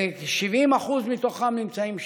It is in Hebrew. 70% מהן נמצאות שם.